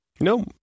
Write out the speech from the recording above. no